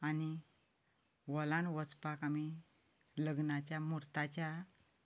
आनी हॉलांत वचपाक आमी लग्नाच्या म्हुर्ताच्या